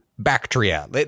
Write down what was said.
Bactria